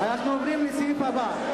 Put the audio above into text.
אנחנו עוברים לסעיף הבא.